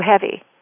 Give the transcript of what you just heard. heavy